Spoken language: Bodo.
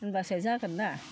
होनबासो जागोन दा